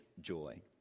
joy